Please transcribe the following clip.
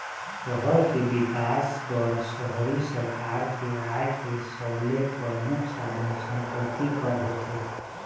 सहर के बिकास बर शहरी सरकार के आय के सबले परमुख साधन संपत्ति कर होथे